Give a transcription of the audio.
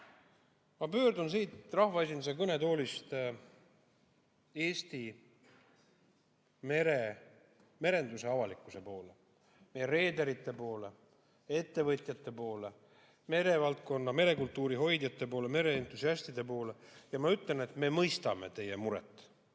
Ma pöördun siit rahvaesinduse kõnetoolist Eesti merendusavalikkuse poole, reederite poole, ettevõtjate poole, merevaldkonna, merekultuuri hoidjate poole, mereentusiastide poole ja ma ütlen, et me mõistame teie muret.